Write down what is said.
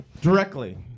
Directly